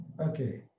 okay